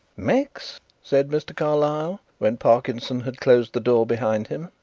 max, said mr. carlyle, when parkinson had closed the door behind him,